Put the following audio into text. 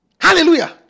Hallelujah